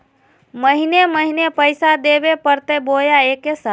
महीने महीने पैसा देवे परते बोया एके साथ?